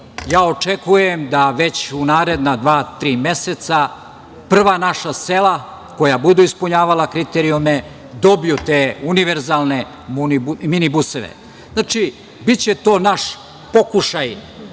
ja očekujem da već u naredna dva, tri meseca prva naša sela koja budu ispunjavala kriterijume dobiju te univerzalne minibuseve. Znači, biće to naš pokušaj